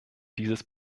dieses